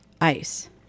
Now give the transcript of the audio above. ice